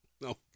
no